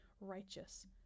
righteous